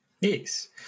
Yes